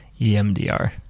EMDR